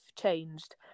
changed